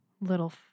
little